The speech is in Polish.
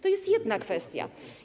To jest jedna kwestia.